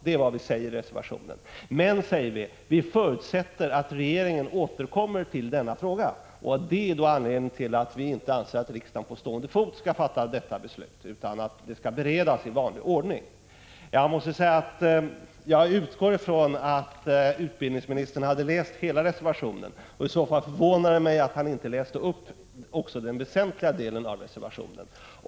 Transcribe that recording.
Det är vad vi säger i reservationen. Men, säger vi också, vi förutsätter att regeringen återkommer till frågan. Det är anledningen till att vi inte anser att riksdagen på stående fot skall fatta detta beslut utan att ärendet skall beredas i vanlig ordning. Jag måste säga att jag utgick från att utbildningsministern hade läst hela reservationen, och därför förvånar det mig att han inte återgav också den väsentliga delen.